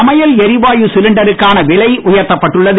சமையல் எரிவாயு சிலிண்டருக்கான விலை உயர்த்தப்பட்டுள்ளது